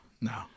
No